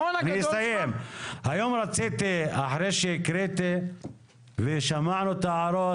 היום רציתי אחרי שהקראתי ושמענו את ההערות,